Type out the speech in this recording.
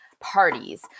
parties